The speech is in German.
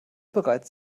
bereits